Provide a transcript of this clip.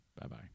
Bye-bye